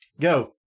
go